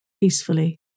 peacefully